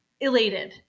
elated